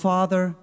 Father